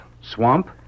Swamp